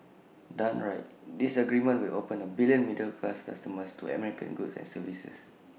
done right this agreement will open A billion middle class customers to American goods and services